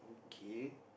K